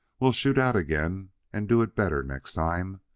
we'll shoot out again and do it better next time.